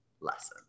lesson